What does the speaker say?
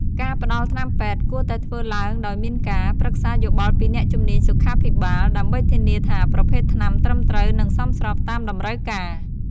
ការផ្តល់ថ្នាំពេទ្យគួរតែធ្វើឡើងដោយមានការ ប្រឹក្សាយោបល់ពីអ្នកជំនាញសុខាភិបាល ដើម្បីធានាថាប្រភេទថ្នាំត្រឹមត្រូវ និងសមស្របតាមតម្រូវការ។